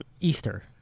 Easter